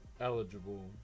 eligible